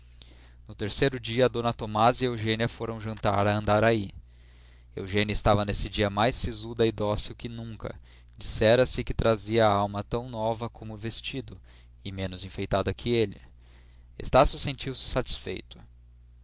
no terceiro dia d tomásia e eugênia foram jantar a andaraí eugênia estava nesse dia mais sisuda e dócil que nunca dissera se que trazia a alma tão nova como o vestido e menos enfeitada que ele estácio sentia-se satisfeito